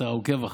אתה עוקב אחריי?